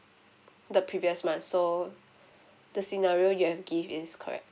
the previous month so the scenario you have given is correct